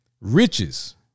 riches